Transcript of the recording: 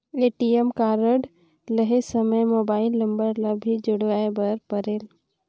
ATM card लहे समय mobile number ला भी जुड़वाए बर परेल?